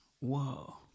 Whoa